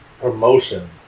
promotion